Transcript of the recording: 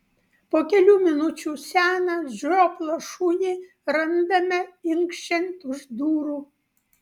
po kelių minučių seną žioplą šunį randame inkščiant už durų